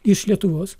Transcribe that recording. iš lietuvos